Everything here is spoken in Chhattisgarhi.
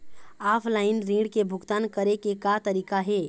ऑफलाइन ऋण के भुगतान करे के का तरीका हे?